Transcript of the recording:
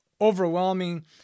overwhelming